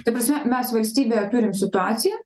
ta prasme mes valstybėj turim situaciją